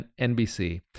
NBC